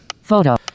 Photo